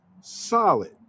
solid